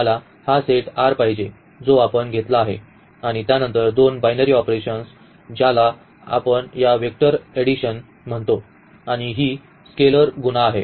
आम्हाला हा set R पाहिजे जो आपण घेतला आहे आणि त्यानंतर दोन बायनरी ऑपरेशन्स ज्याला आपण या वेक्टर एडिशन म्हणतो आणि ही स्केलर गुणा आहे